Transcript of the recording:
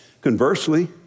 Conversely